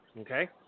okay